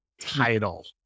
title